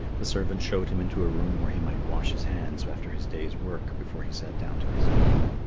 the servant showed him into a room where he might wash his hands after his day's work before he sat down to his meal.